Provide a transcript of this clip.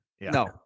No